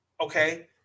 okay